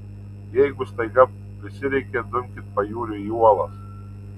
jeigu staiga prisireikia dumkit pajūriu į uolas